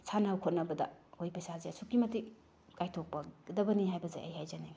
ꯁꯥꯟꯅ ꯈꯣꯠꯅꯕꯗ ꯑꯩꯈꯣꯏ ꯄꯩꯁꯥꯁꯦ ꯑꯁꯨꯛꯀꯤ ꯃꯇꯤꯛ ꯀꯥꯏꯊꯣꯛꯄ ꯒꯗꯕꯅꯤ ꯍꯥꯏꯕꯁꯦ ꯑꯩ ꯍꯥꯏꯖꯅꯤꯡꯉꯤ